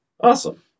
Awesome